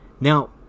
Now